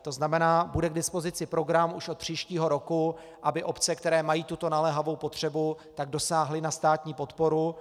To znamená, bude k dispozici program už od příštího roku, aby obce, které mají tuto naléhavou potřebu, dosáhly na státní podporu.